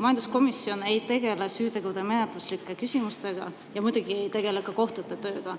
Majanduskomisjon ei tegele süütegude menetluslike küsimustega ja muidugi ei tegele ka kohtute tööga.